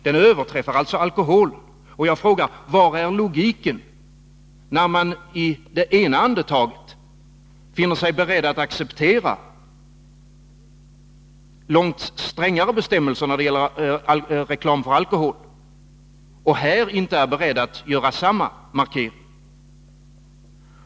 Den överträffar alltså alkoholen, och jag frågar: Var är logiken när man i det ena andetaget finner sig beredd att acceptera långt strängare bestämmelser när det gäller reklam för alkohol och här inte är beredd att göra samma markering?